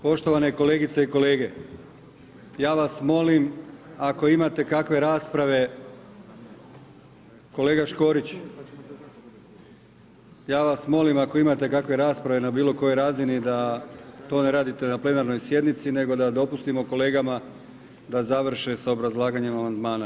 Poštovane kolegice i kolege, ja vas molim ako imate kakve rasprave, kolega Škorić, ja vas molim ako imate kakve rasprave na bilo kojoj razini da to ne radite na plenarnoj sjednici nego da dopustimo kolegama da završe sa obrazlaganjem amandmana.